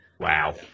Wow